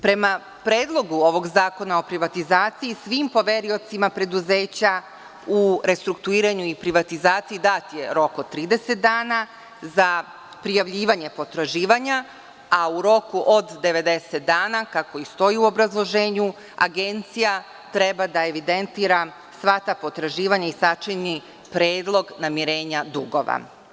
Prema Predlogu zakona o privatizaciji svim poveriocima preduzeća u restrukturiranju i privatizaciji dat je rok od 30 dana za prijavljivanje potraživanja, a u roku od 90 dana, kako i stoji u obrazloženju, Agencija treba da evidentira sva ta potraživanja i sačini predlog namirenja dugova.